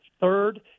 Third